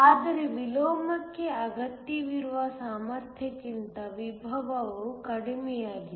ಆದರೆ ವಿಲೋಮಕ್ಕೆ ಅಗತ್ಯವಿರುವ ಸಾಮರ್ಥ್ಯಕ್ಕಿಂತ ವಿಭವವು ಕಡಿಮೆಯಾಗಿದೆ